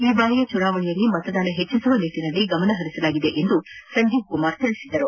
ಈ ಬಾರಿಯ ಚುನಾವಣೆಯಲ್ಲಿ ಮತದಾನ ಹೆಚ್ಚಿಸುವ ನಿಟ್ಟನಲ್ಲಿ ಗಮನ ಹರಿಸಲಾಗಿದೆ ಎಂದು ಸಂಜೀವ್ ಕುಮಾರ್ ತಿಳಿಸಿದರು